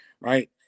right